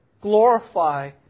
glorify